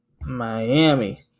Miami